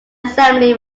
assembly